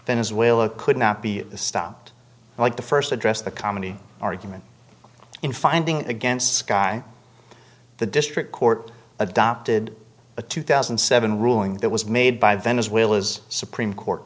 venezuela could not be stopped like the first address the comedy argument in finding against sky the district court adopted a two thousand and seven ruling that was made by venezuela's supreme court